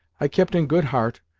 i kept in good heart,